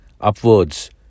upwards